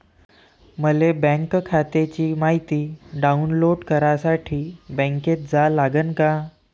मले बँक खात्याची मायती डाऊनलोड करासाठी बँकेत जा लागन का?